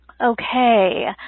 Okay